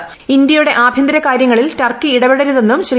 കശ്മീർ ഇന്ത്യയുടെ ആഭ്യന്തര കാര്യങ്ങളിൽ ടർക്കി ഇടപെടരുതെന്നും ശ്രീ